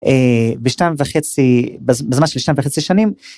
בשתיים וחצי בזמן של שתיים וחצי שנים.